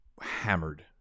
hammered